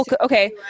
okay